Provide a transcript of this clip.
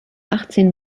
achtzehn